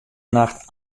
nacht